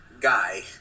guy